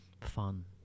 fun